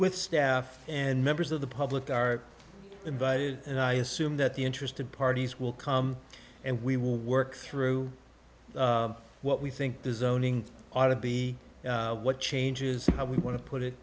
with staff and members of the public are invited and i assume that the interested parties will come and we will work through what we think the zoning ought to be what changes how we want to put it